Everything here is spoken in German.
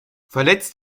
verletzt